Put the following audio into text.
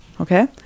okay